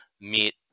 meet